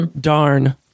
Darn